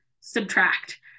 subtract